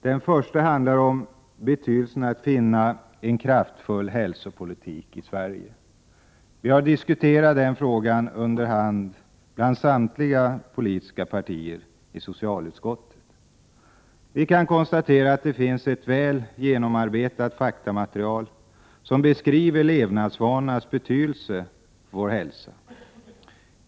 Den första handlar om betydelsen av att finna en mer kraftfull hälsopolitik i Sverige. Vi har diskuterat denna fråga under hand i samtliga politiska partier inom socialutskottet. Vi kan konstatera att det finns ett väl genomarbetat faktamaterial som beskriver levnadsvanornas betydelse för vår hälsa.